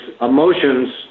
emotions